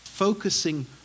Focusing